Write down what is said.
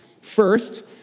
First